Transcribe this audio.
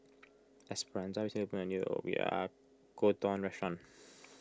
Esperanza recently opened a new Oyakodon restaurant